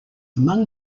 among